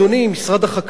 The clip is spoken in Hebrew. משרד החקלאות